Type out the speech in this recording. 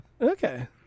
Okay